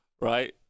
right